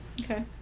Okay